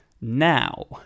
now